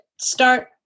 start